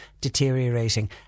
deteriorating